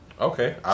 Okay